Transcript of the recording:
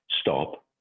stop